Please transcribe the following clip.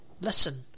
Listen